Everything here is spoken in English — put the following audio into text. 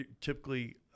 Typically